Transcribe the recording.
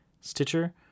Stitcher